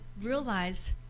realize